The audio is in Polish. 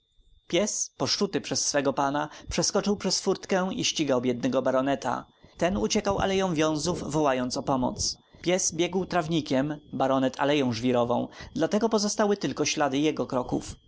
pies poszczuły przez swego pana przeskoczył przez furtkę i ścigał biednego baroneta ten uciekał aleja widzów wołając o pomoc pies biegł trawnikiem baronet aleją żwirową dlatego pozostały tylko ślady jego kroków